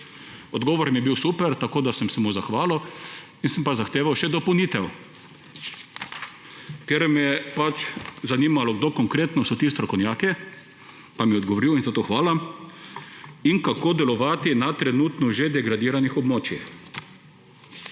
Odgovor mi je bil super, tako da sem se mu zahvalil. Sem pa zahteval še dopolnitev, ker me je pač zanimalo, kdo konkretno so ti strokovnjaki – pa mi je odgovoril, in za to hvala – in kako delovati na trenutno že degradiranih območjih.